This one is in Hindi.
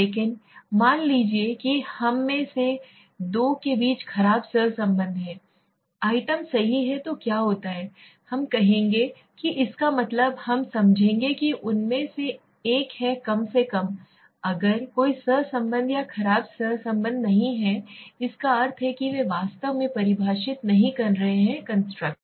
लेकिन मान लीजिए कि हम में से दो के बीच खराब सहसंबंध है आइटम सही है तो क्या होता है हम कहेंगे कि इसका मतलब हम समझेंगे कि उनमें से एक है कम से कम अगर कोई सहसंबंध या खराब सहसंबंध नहीं है जिसका अर्थ है कि वे वास्तव में परिभाषित नहीं कर रहे हैं कंस्ट्रक्ट